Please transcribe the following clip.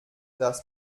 das